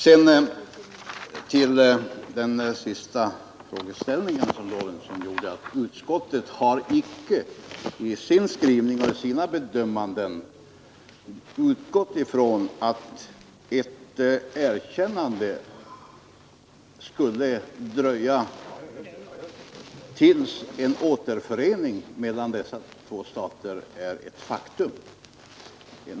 Beträffande herr Lorentzons sista frågeställning vill jag säga, att utskottet icke i sin skrivning och i sina bedömningar har utgått från att ett erkännande skulle dröja tills en återförening mellan de två koreanska staterna är ett faktum.